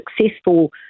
successful